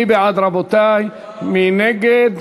מי בעד, רבותי, מי נגד?